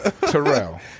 Terrell